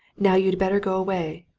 now you'd better go away.